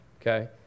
Okay